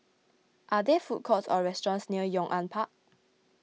are there food courts or restaurants near Yong An Park